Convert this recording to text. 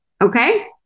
Okay